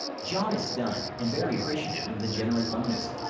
john is stunned and very appreciative of the generous bonus.